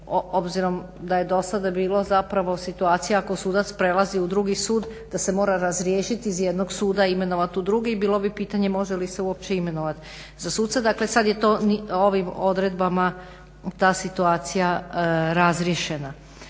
obzirom da je do sada bilo zapravo situacija ako sudac prelazi u drugi sud da se mora razriješiti iz jednog suda i imenovat u drugi i bilo bi pitanje može li se uopće imenovat za suca. Dakle, sad je to ovim odredbama ta situacija razriješena.